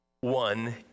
one